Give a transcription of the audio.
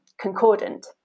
concordant